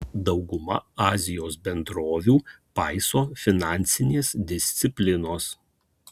dauguma azijos bendrovių paiso finansinės disciplinos